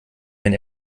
wenn